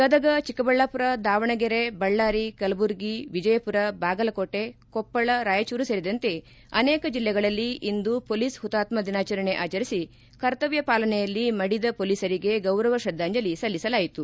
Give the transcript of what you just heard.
ಗದಗ್ಲಚಿಕ್ಕಬಳ್ದಾಮರ ದಾವಣಗೆರೆ ಬಳ್ದಾರಿ ಕಲಬುರಗಿ ವಿಜಯಮರ ಬಾಗಲಕೋಟೆ ಕೊಪ್ಪಳ ರಾಯಚೂರು ಸೇರಿದಂತೆ ಅನೇಕ ಜಿಲ್ಲೆಗಳಲ್ಲಿ ಇಂದು ಮೊಲೀಸ್ ಮತಾತ್ಮ ದಿನಾಚರಣೆ ಆಚರಿಸಿ ಕರ್ತವ್ಯ ಪಾಲನೆಯಲ್ಲಿ ಮಡಿದ ಮೊಲೀಸರಿಗೆ ಗೌರವ ಶ್ರದ್ದಾಂಜಲಿ ಸಲ್ಲಿಸಲಾಯಿತು